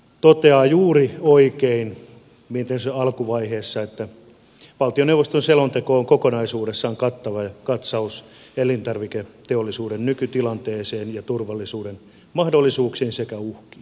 valiokunta toteaa juuri oikein miten se on alkuvaiheessa että valtioneuvoston selonteko on kokonaisuudessaan kattava katsaus elintarviketeollisuuden nykytilanteeseen ja tulevaisuuden mahdollisuuksiin sekä uhkiin